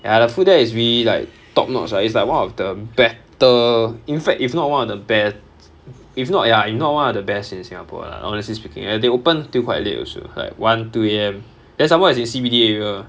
ya the food there is really like top notch ah it's like one of the better in fact if not one of the be~ if not ya if not one of the best in singapore lah honestly speaking and they open until quite late also like one two A_M then some more it's in C_B_D area